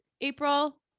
April